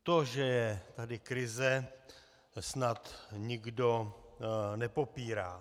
To, že je tady krize, snad nikdo nepopírá.